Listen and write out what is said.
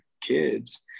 kids